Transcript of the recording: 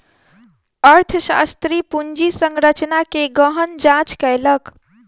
अर्थशास्त्री पूंजी संरचना के गहन जांच कयलक